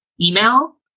email